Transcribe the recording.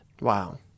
wow